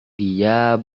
dia